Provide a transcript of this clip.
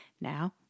Now